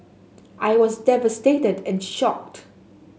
I was devastated and shocked